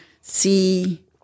see